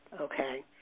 Okay